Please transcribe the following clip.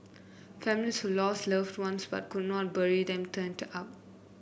families who lost loved ones but could never bury them turned up